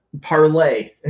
parlay